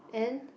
and